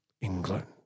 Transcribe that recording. England